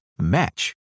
match